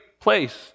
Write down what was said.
place